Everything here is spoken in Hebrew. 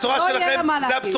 לא יהיה לה מה להגיד.